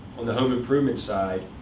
on the home improvement side,